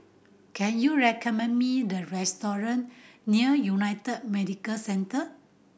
can you recommend me the restaurant near United Medicare Centre